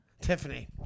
Tiffany